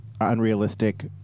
unrealistic